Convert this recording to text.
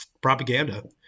propaganda